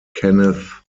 kenneth